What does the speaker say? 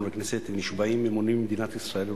לכנסת ונשבעים אמונים למדינת ישראל ולחוקיה.